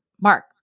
Mark